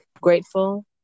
grateful